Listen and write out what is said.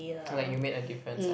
like you made a difference ah